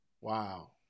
wow